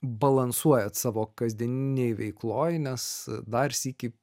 balansuojat savo kasdieninėj veikloj nes dar sykį